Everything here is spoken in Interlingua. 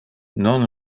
non